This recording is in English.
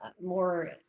more